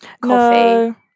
coffee